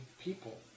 people